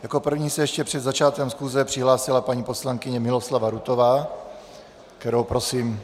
Jako první se ještě před začátkem schůze přihlásila paní poslankyně Miloslava Rutová, kterou prosím, aby...